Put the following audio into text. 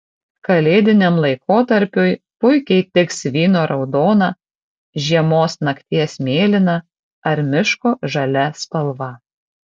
kalėdiniam laikotarpiui puikiai tiks vyno raudona žiemos nakties mėlyna ar miško žalia spalva